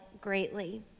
greatly